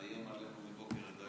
תראי כמה פעמים, כמה בקשות.